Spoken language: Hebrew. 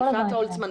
אני כל הזמן כאן.